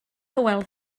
hywel